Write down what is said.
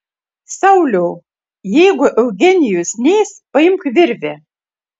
sauliau jeigu eugenijus neis paimk virvę